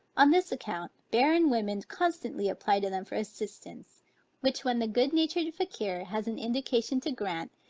on this account, barren women constantly apply to them for assistance which when the good natured fakier has an indication to grant,